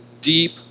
deep